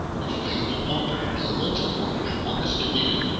the faithful fulfillment of your promise to me?